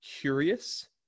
curious